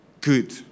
Good